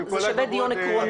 אני חושבת שזה שווה דיון עקרוני.